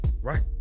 Right